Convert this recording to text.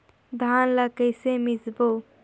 धान ला कइसे मिसबो?